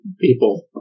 people